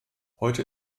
heute